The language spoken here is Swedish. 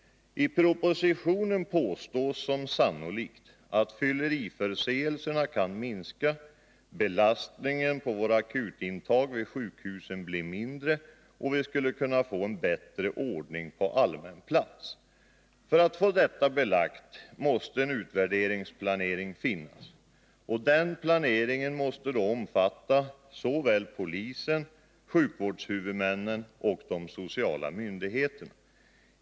I propositionen anförs som sannolikt att fylleriförseelserna kan minska, belastningen på våra akutintag vid sjukhusen bli mindre, och vi skulle kunna få bättre ordning på allmän plats. För att få detta belagt måste en utvärderingsplanering finnas. Den planeringen måste omfatta såväl polisen och sjukvårdshuvudmännen som de sociala myndigheterna.